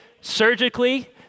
surgically